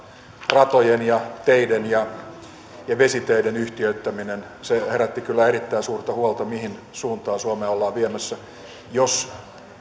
ratojen ja teiden ja ja vesiteiden yhtiöittäminen se herätti kyllä erittäin suurta huolta mihin suuntaan suomea ollaan viemässä jos